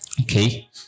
Okay